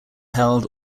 held